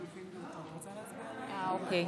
אוקיי.